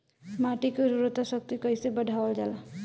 माटी के उर्वता शक्ति कइसे बढ़ावल जाला?